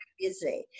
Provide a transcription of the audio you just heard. busy